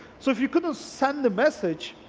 so if you couldn't send the message